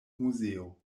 muzeo